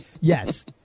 Yes